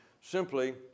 simply